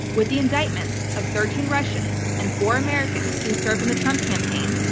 with the indictments of thirteen russians and four americans who served on the trump campaign,